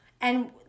and-